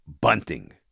bunting